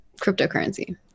cryptocurrency